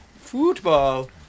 Football